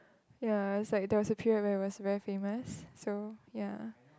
ya it's like there was a period where I was very famous so ya